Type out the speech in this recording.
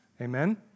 Amen